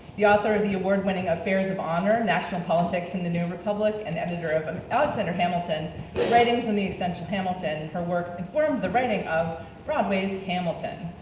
the author of the award-winning affairs of honor national politics in the new republic, and editor of um alexander hamilton writings and the essential hamilton. her work informed the writing of broadway's hamilton.